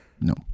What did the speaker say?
no